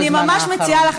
אני אסביר לך,